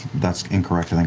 that's incorrect,